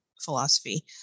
philosophy